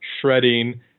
shredding